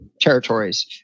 territories